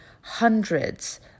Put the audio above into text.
hundreds